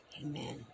Amen